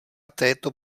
této